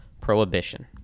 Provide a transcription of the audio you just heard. Prohibition